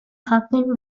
jakin